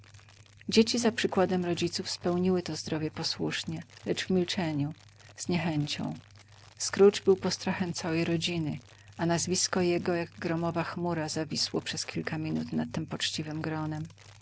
dzieci za przykładem rodziców spełniły to zdrowie posłusznie lecz w milczeniu z niechęcią scrooge był postrachem całej tej rodziny a nazwisko jego jak gromowa chmura zawisło przez kilka minut nad tem poczciwem gronem